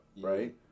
right